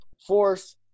force